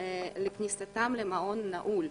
לכניסתם למעון נעול.